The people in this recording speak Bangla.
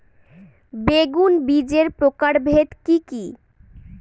বেগুন বীজের প্রকারভেদ কি কী?